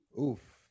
Oof